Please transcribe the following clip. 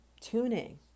tuning